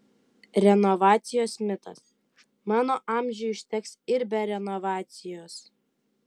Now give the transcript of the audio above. renovacijos mitas mano amžiui užteks ir be renovacijos